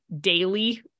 daily